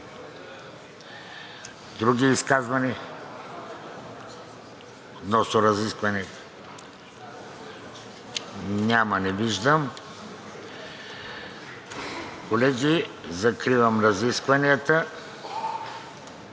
Други изказвания относно разискванията? Не виждам. Колеги, закривам разискванията.